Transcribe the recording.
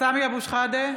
סמי אבו שחאדה,